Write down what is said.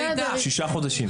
סליחה, שישה חודשים.